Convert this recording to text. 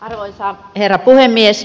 arvoisa herra puhemies